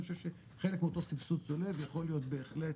אני חושב שחלק מאותו סבסוד צולב יכול להיות בהחלט